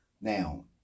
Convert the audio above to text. Now